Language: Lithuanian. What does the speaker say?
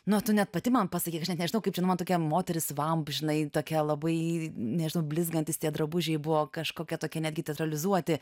nu tu net pati man pasakyk aš net nežinau kaip čia tokia moteris vamp tokia labai nežinau blizgantys tie drabužiai buvo kažkokie tokie netgi teatralizuoti